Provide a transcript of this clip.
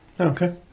Okay